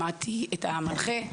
שמעתי את המנחה,